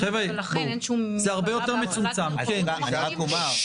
ולכן אין שום מגבלה באף אחד מהמכונים --- אני רק אומר,